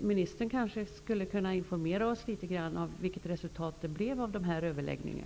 Ministern kanske skulle kunna informera oss om vilket resultat det blev av dessa överläggningar.